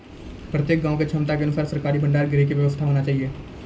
प्रत्येक गाँव के क्षमता अनुसार सरकारी भंडार गृह के व्यवस्था होना चाहिए?